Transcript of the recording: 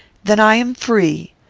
then i am free.